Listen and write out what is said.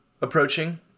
approaching